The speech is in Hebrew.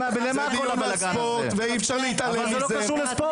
ואת יעדנו.